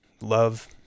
love